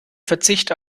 verzicht